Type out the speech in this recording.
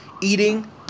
eating